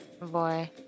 Boy